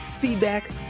feedback